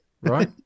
right